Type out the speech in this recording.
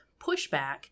pushback